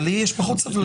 אבל לי יש פחות סבלנות.